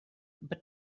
but